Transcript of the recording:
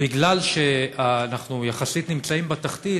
בגלל שאנחנו יחסית נמצאים בתחתית,